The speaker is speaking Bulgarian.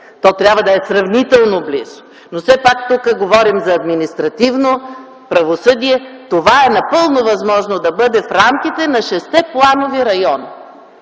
То трябва да е сравнително близо. Но все пак тук говорим за административно правосъдие. Това е напълно възможно да бъде в рамките на шестте планови района.